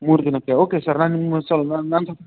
ಮೂರು ದಿನಕ್ಕೆ okay sir ನಾನು ನಿಮ್ಗೆ ಒಂದು ಸಲ ನಾನು